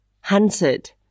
hunted